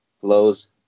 flows